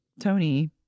Tony